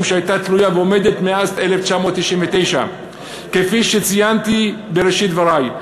שהייתה תלויה ועומדת מאז 1999. כפי שציינתי בראשית דברי,